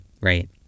right